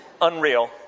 unreal